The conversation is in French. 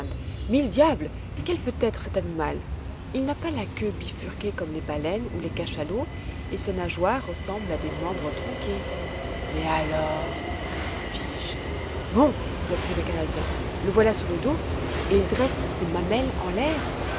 mille diables quel peut être cet animal il n'a pas la queue bifurquée comme les baleines ou les cachalots et ses nageoires ressemblent à des membres tronqués mais alors fis-je bon reprit le canadien le voilà sur le dos et il dresse ses mamelles en l'air